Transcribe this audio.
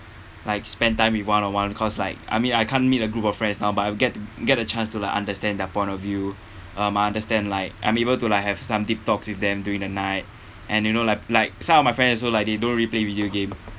like spend time with one-on-one because like I mean I can't meet a group of friends now but I've get get a chance to like understand their point of view um my understand like I'm able to like have some deep talks with them during the night and you know like like some of my friends also like they don't really play video game